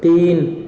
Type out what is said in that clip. तीन